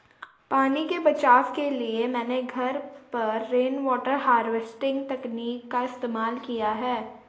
पानी के बचाव के लिए मैंने घर पर रेनवाटर हार्वेस्टिंग तकनीक का इस्तेमाल किया है